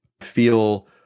feel